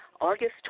August